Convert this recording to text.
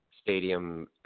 stadium